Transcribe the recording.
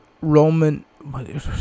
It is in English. Roman